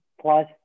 Plus